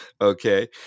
okay